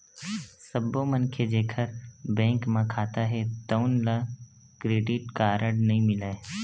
सब्बो मनखे जेखर बेंक म खाता हे तउन ल क्रेडिट कारड नइ मिलय